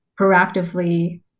proactively